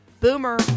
Boomer